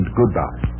goodbye